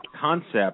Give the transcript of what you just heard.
concept